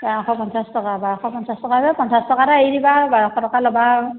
বাৰশ পঞ্চাছ টকা বাৰশ পঞ্চাছ টকা যে পঞ্চাছ টকা এটা এৰি দিবা আৰু বাৰশ টকা ল'বা আৰু